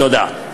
תודה.